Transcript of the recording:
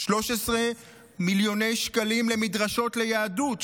13 מיליון שקלים למדרשות ליהדות.